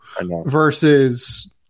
versus